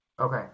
Okay